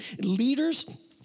leaders